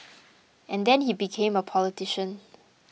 and then he became a politician